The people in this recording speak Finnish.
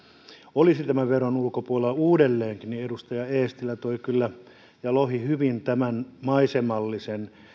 olisi tämän veron ulkopuolella uudelleenkin niin edustajat eestilä ja lohi toivat kyllä hyvin tämän maisemallisen